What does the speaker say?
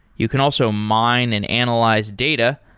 you can also mine and analyze data,